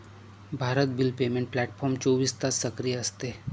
Bharat bill payment platform चोवीस तास सक्रिय असते